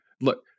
look